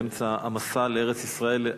באמצע המסע לארץ-ישראל,